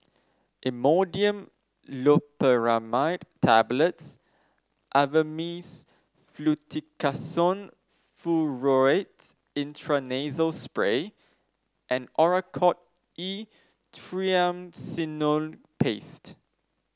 Imodium Loperamide Tablets Avamys Fluticasone Furoate Intranasal Spray and Oracort E Triamcinolone Paste